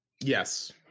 Yes